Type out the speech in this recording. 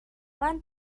van